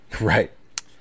Right